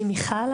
אני מיכל.